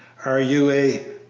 are you a